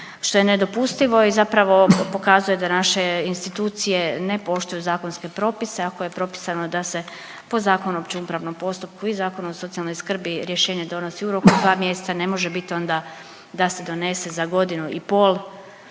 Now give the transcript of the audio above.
što je nedopustivo i zapravo pokazuje da naše institucije ne poštuju zakonske propisano ako je propisano da se po Zakonu o općem upravnom postupku i Zakonu o socijalne skrbi rješenje donosi u roku dva mjeseca ne može bit onda da se donese za godinu i pol